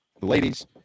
ladies